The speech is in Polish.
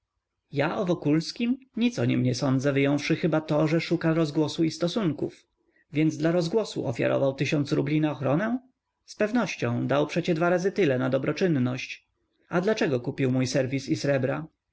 ja o wokulskim nic o nim nie sądzę wyjąwszy chyba to że szuka rozgłosu i stosunków więc dla rozgłosu ofiarował tysiąc rubli na ochronę zpewnością dał przecie dwa razy tyle na dobroczynność a dlaczego kupił mój serwis i srebra